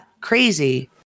crazy